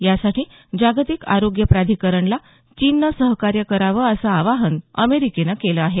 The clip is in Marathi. यासाठी जागतिक आरोग्य प्राधिकरणाला चीननं सहकार्य करावं असं आवाहन अमेरिकेनं केलं आहे